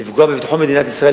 לפגוע בביטחון ישראל,